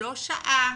לא שעה